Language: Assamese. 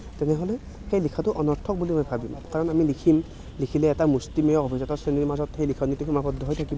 তেনেহ'লে সেই লিখাটো অনৰ্থক বুলি মই ভাবিম কাৰণ আমি লিখিম লিখিলে এটা মুষ্টিমেয় অভিজাত শ্ৰেণীৰ মাজত সেই লিখনিটো সীমাবদ্ধ হৈ থাকিব